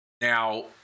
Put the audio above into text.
now